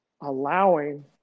allowing